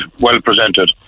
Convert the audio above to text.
well-presented